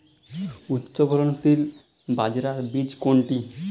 উচ্চফলনশীল বাজরার বীজ কোনটি?